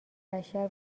بشر